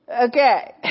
okay